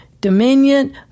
dominion